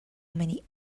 many